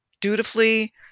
dutifully